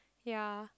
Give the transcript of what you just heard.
ya